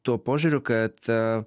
tuo požiūriu kad